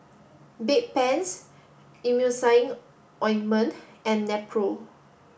Bedpans Emulsying Ointment and Nepro